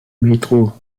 metro